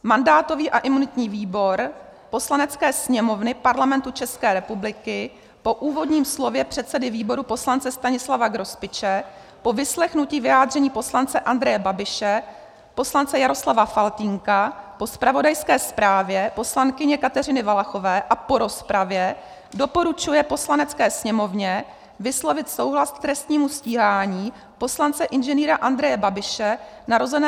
Mandátový a imunitní výbor Poslanecké sněmovny Parlamentu České republiky po úvodním slově předsedy výboru poslance Stanislava Grospiče, po vyslechnutí vyjádření poslance Andreje Babiše, poslance Jaroslava Faltýnka, po zpravodajské zprávě poslankyně Kateřiny Valachové a po rozpravě doporučuje Poslanecké sněmovně vyslovit souhlas k trestnímu stíhání poslance Ing. Andreje Babiše, narozeného 2. září 1954.